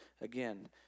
again